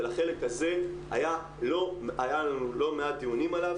ולחלק הזה היה לנו לא מעט דיונים עליו